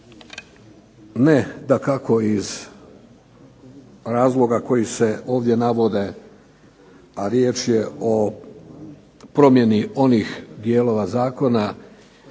ne dakako iz razloga koji se ovdje navode, a riječ je o promjeni onih dijelova zakona